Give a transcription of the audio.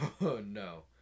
no